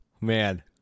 Man